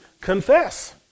confess